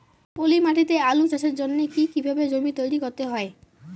পলি মাটি তে আলু চাষের জন্যে কি কিভাবে জমি তৈরি করতে হয়?